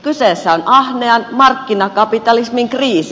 kyseessä on ahneen markkinakapitalismin kriisi